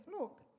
look